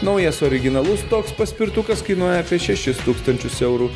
naujas originalus toks paspirtukas kainuoja apie šešis tūkstančius eurų